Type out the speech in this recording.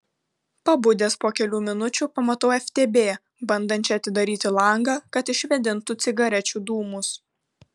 pabudęs po kelių minučių pamatau ftb bandančią atidaryti langą kad išvėdintų cigarečių dūmus